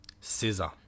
Scissor